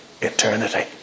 eternity